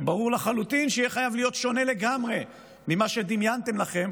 שברור לחלוטין שיהיה חייב להיות שונה לגמרי ממה שדמיינתם לכם